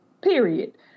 period